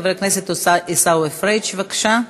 חבר הכנסת עיסאווי פריג', בבקשה.